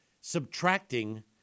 subtracting